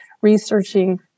researching